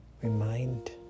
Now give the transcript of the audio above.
remind